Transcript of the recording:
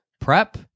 prep